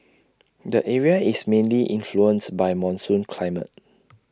the area is mainly influenced by monsoon climate